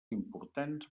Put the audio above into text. importants